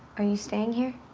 are you staying here?